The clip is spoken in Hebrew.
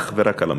אך ורק על הממשלה.